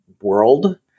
world